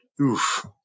oof